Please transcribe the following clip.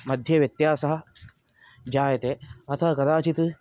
मध्ये व्यत्यासः जायते अथवा कदाचित्